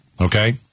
Okay